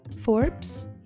Forbes